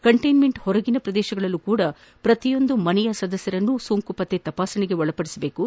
containment ಹೊರಗಿನ ಪ್ರದೇಶಗಳಲ್ಲೂ ಸಹ ಪ್ರತಿಯೊಂದು ಮನೆಯ ಸದಸ್ಯರನ್ನು ಸೋಂಕು ಪತ್ತೆ ತಪಾಸಣೆಗೆ ಒಳಪದಿಸಬೇಕು